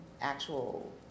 actual